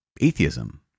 atheism